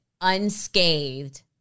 unscathed